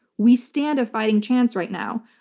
we stand a fighting chance right now.